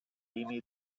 límit